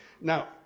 Now